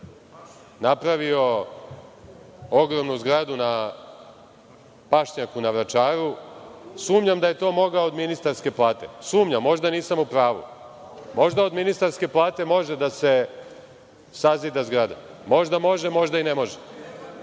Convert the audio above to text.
Napravio je ogromnu zgradu na pašnjaku na Vračaru. Sumnjam da je to mogao od ministarske plate. Sumnjam, možda nisam u pravu. Možda od ministarske plate može da se sazida zgrada. Možda može, a možda i ne može. Ono